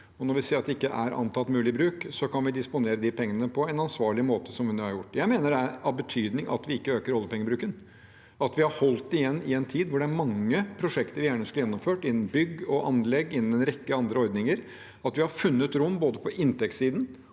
Når vi ser at det ikke er antatt mulig bruk, kan vi disponere de pengene på en ansvarlig måte, som vi har gjort. Jeg mener det er av betydning at vi ikke øker oljepengebruken, at vi har holdt igjen i en tid hvor det er mange prosjekter vi gjerne skulle gjennomført innen bygg og anlegg, innen en rekke andre ordninger, og at vi har funnet rom både på inntektssiden